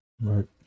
Right